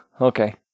okay